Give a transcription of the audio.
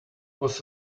was